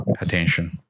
attention